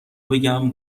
بگم